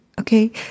Okay